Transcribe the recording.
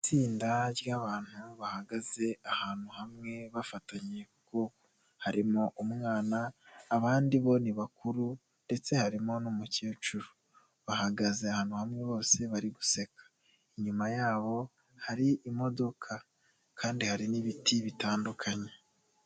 Itsinda ryabantu bahagaze ahantu hamwe bafatanye kuko harimo umwana abandi bo bakuru ndetse harimo n'umukecuru bahagaze ahantu hamwe bose bari guseka, inyuma yabo hari imodoka kandi hari n'ibiti bitandukanye.